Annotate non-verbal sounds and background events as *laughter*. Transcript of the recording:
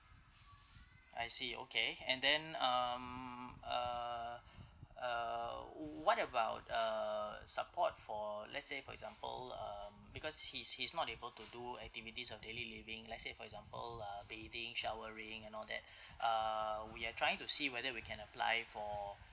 I see okay and then um uh uh what about uh support for let's say for example um because he's he's not able to do activities of daily living let's say for example ah bathing showering and all that *breath* ah we are trying to see whether we can apply for